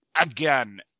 again